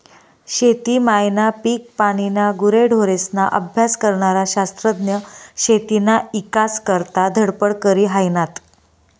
शेती मायना, पिकपानीना, गुरेढोरेस्ना अभ्यास करनारा शास्त्रज्ञ शेतीना ईकास करता धडपड करी हायनात